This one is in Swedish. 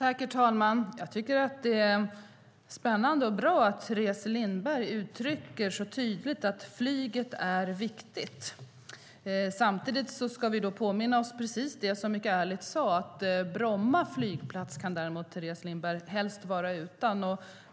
Herr talman! Jag tycker att det är spännande och bra att Teres Lindberg så tydligt uttrycker att flyget är viktigt. Samtidigt ska vi påminna oss om det hon mycket ärligt sade, att Bromma flygplats kan hon däremot helst vara utan.